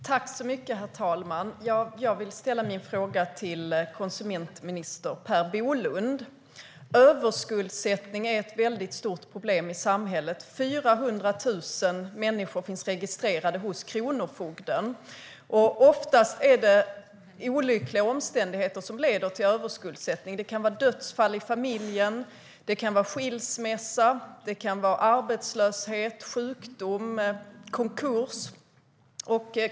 Herr talman! Jag vill ställa min fråga till konsumentminister Per Bolund. Överskuldsättning är ett stort problem i samhället: 400 000 människor finns registrerade hos kronofogden. Oftast är det olyckliga omständigheter som leder till överskuldsättning. Det kan vara dödsfall i familjen, skilsmässa, arbetslöshet, sjukdom eller konkurs.